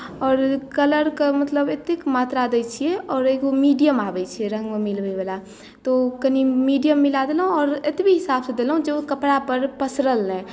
आओर कलरके मतलब एतेक मात्रा दैत छियै आओर एगो मीडियम आबैत छै रङ्गमे मिलबयवला तऽ ओ कनि मीडियम मिला देलहुँ आओर एतबे हिसाबसँ देलहुँ जे ओ कपड़ापर पसरल नहि